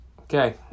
Okay